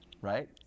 right